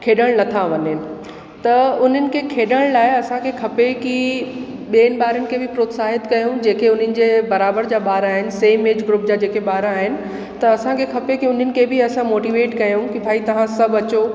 खेॾणु नथा वञेनि त उन्हनि खे खेॾण लाइ असांखे खपे कि ॿियनि ॿारनि खे बि प्रोत्साहित कयऊं जेके उन्हनि जे बराबरि जा ॿार आहिनि सेम एज ग्रुप जा जेके ॿार आहिनि त असांखे खपेनि कि उन्हनि खे बि असां मोटीवेट कयऊं कि भई तव्हां सभु अचो